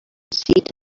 seated